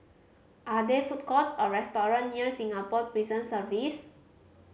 are there food courts or restaurant near Singapore Prison Service